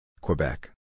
Quebec